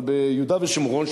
אבל ביהודה ושומרון,